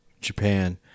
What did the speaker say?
Japan